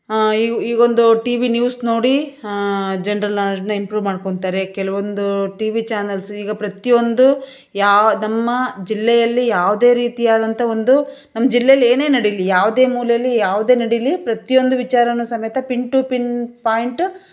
ಈಗ ಈಗೊಂದು T V news ನೋಡಿ ಜನ್ರಲ್ ನಾಲೆಜ್ಜ್ನ ಇಂಪ್ರೂವ್ ಮಾಡ್ಕೊಳ್ತಾರೆ ಕೆಲವೊಂದು ಟಿ ವಿ ಚಾನೆಲ್ಸ್ ಈಗ ಪ್ರತಿಯೊಂದು ಯಾ ನಮ್ಮ ಜಿಲ್ಲೆಯಲ್ಲಿ ಯಾವುದೇ ರೀತಿಯಾದಂಥ ಒಂದು ನಮ್ಮ ಜಿಲ್ಲೇಲ್ಲಿ ಏನೇ ನಡೀಲಿ ಯಾವುದೇ ಮೂಲೇಲ್ಲಿ ಯಾವುದೇ ನಡೀಲಿ ಪ್ರತಿಯೊಂದು ವಿಚಾರನೂ ಸಮೇತ ಪಿನ್ ಟು ಪಿನ್ ಪಾಂಯ್ಟು